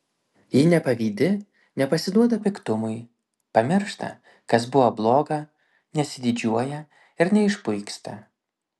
ji nepavydi nepasiduoda piktumui pamiršta kas buvo bloga nesididžiuoja ir neišpuiksta